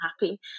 happy